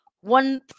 one